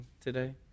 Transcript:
today